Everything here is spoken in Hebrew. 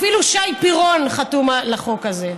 אפילו שי פירון חתום על החוק הזה.